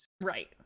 Right